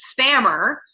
spammer